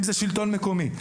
אם זה שלטון מקומי.